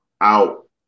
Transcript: out